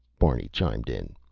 barney chimed in.